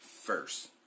first